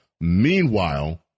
Meanwhile